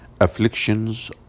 Afflictions